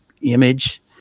image